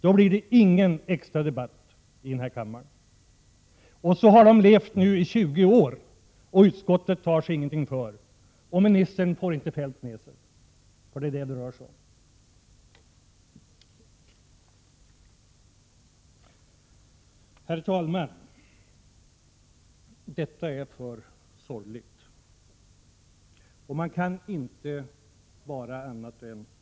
Då blir det ingen extra debatt här i kammaren. Så har man haft det nu 20 år, och utskottet tar sig inte någonting före, och utbildningsministern får inte Feldt med sig — det är vad det handlar om. Herr talman! Detta är för sorgligt. Man kan inte vara annat än ledsen.